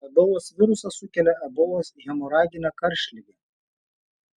ebolos virusas sukelia ebolos hemoraginę karštligę